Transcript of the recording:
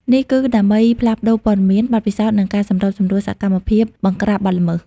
នេះគឺដើម្បីផ្លាស់ប្តូរព័ត៌មាន បទពិសោធន៍ និងការសម្របសម្រួលសកម្មភាពបង្ក្រាបបទល្មើស។